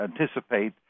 anticipate